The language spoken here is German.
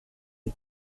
die